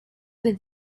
with